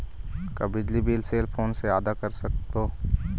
का बिजली bill cell phone से आदा कर सकबो?